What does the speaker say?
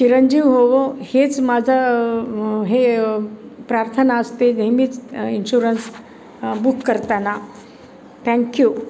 चिरंजीव होवो हेच माझा हे प्रार्थना असते नेहमीच इन्श्युरन्स बुक करताना थँक्यू